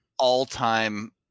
all-time